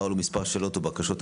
בוקר טוב.